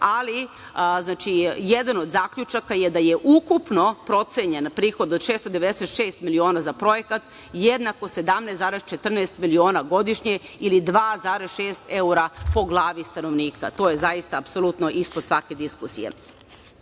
Ali, jedan od zaključaka je da je ukupno procenjen prihod od 696 miliona za projekat jednako 17,14 miliona godišnje ili 2,6 evra po glavi stanovnika. To je zaista apsolutno ispod svake diskusije. Tako